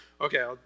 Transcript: Okay